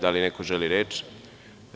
Da li neko želi reč?